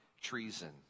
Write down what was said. treason